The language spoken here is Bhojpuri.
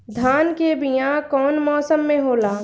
धान के बीया कौन मौसम में होला?